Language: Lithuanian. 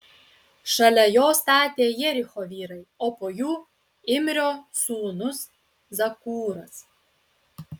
šalia jo statė jericho vyrai o po jų imrio sūnus zakūras